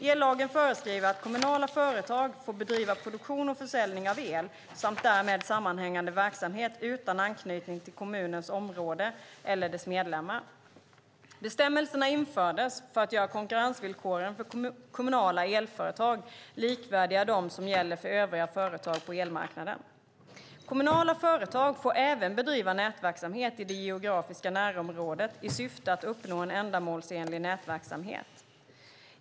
Ellagen föreskriver att kommunala företag får bedriva produktion och försäljning av el samt därmed sammanhängande verksamhet utan anknytning till kommunens område eller dess medlemmar. Bestämmelserna infördes för att göra konkurrensvillkoren för kommunala elföretag likvärdiga dem som gäller för övriga företag på elmarknaden. Kommunala företag får även bedriva nätverksamhet i det geografiska närområdet i syfte att uppnå en ändamålsenlig nätverksamhet.